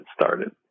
started